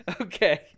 Okay